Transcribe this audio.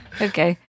Okay